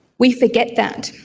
we forget that.